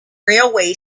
railway